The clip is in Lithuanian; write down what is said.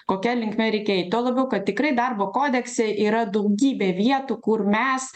kokia linkme reikia eit tuo labiau kad tikrai darbo kodekse yra daugybė vietų kur mes